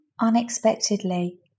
unexpectedly